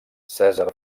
cèsar